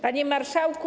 Panie Marszałku!